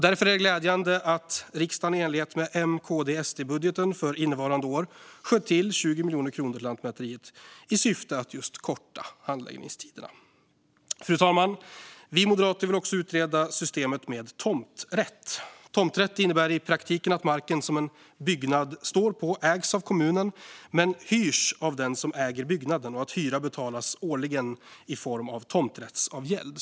Därför är det glädjande att riksdagen i enlighet med M-KD-SD-budgeten för innevarande år sköt till 20 miljoner kronor till Lantmäteriet med syfte att just korta handläggningstiderna. Fru talman! Vi moderater vill också utreda systemet med tomträtt. Tomträtt innebär i praktiken att marken som en byggnad står på ägs av kommunen men hyrs av den som äger byggnaden och att hyra betalas årligen i form av tomträttsavgäld.